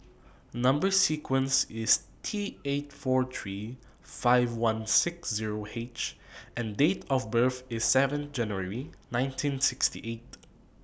Number sequence IS T eight four three five one six Zero H and Date of birth IS seven January nineteen sixty eight